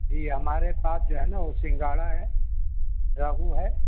جی ہمارے پاس جو ہے نا وہ سنگھاڑا ہے روہو ہے